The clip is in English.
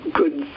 good